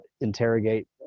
interrogate